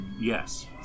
yes